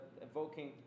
evoking